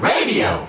Radio